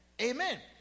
Amen